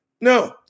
No